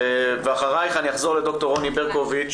אחריך אני אחזור לד"ר רוני ברקוביץ,